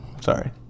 sorry